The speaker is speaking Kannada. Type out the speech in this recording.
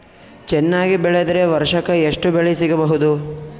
ಚೆನ್ನಾಗಿ ಬೆಳೆದ್ರೆ ವರ್ಷಕ ಎಷ್ಟು ಬೆಳೆ ಸಿಗಬಹುದು?